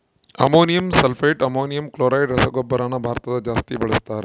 ammonium sulphate, ammonium chloride ರಸಗೊಬ್ಬರನ ಭಾರತದಗ ಜಾಸ್ತಿ ಬಳಸ್ತಾರ